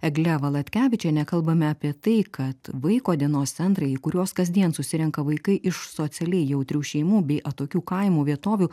egle valatkevičiene kalbame apie tai kad vaiko dienos centrai į kuriuos kasdien susirenka vaikai iš socialiai jautrių šeimų bei atokių kaimo vietovių